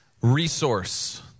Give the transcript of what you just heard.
resource